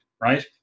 right